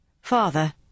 Father